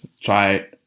try